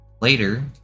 later